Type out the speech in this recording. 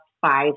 five